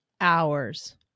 hours